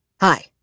Hi